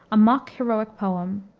a mock heroic poem,